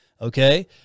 Okay